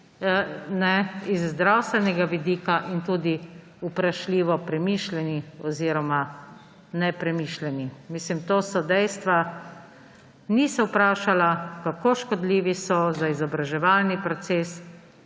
z zdravstvenega vidika in tudi vprašljivo premišljeni oziroma nepremišljeni. To so dejstva, ni se vprašala, kako škodljivi so za izobraževalni proces,